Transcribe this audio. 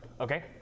Okay